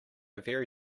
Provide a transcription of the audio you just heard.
very